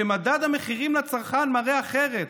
ומדד המחירים לצרכן מראה אחרת.